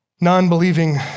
non-believing